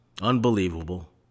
Unbelievable